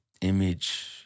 image